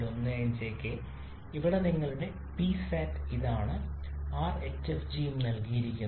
15 കെ ഇവിടെ നിങ്ങളുടെ Psat ഇതാണ് R hfg ഉം നൽകിയിരിക്കുന്നു